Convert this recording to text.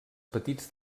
petits